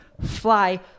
fly